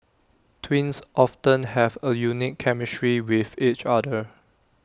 twins often have A unique chemistry with each other